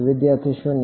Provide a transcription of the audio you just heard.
વિદ્યાર્થી 0